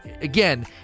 again